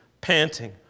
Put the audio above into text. panting